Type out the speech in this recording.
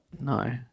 No